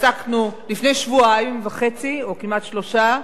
לפני שבועיים וחצי, או כמעט שלושה.